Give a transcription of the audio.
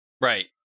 Right